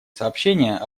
сообщения